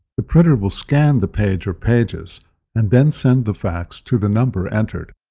the printer will scan the page or pages and then send the fax to the number entered.